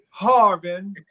Harvin